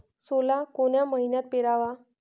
सोला कोन्या मइन्यात पेराव?